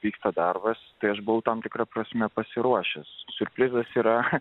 vyksta darbas tai aš buvau tam tikra prasme pasiruošęs siurprizas yra